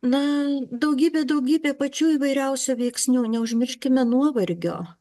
na daugybė daugybė pačių įvairiausių veiksnių neužmirškime nuovargio